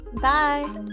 Bye